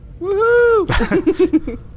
Woohoo